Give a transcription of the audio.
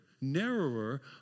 narrower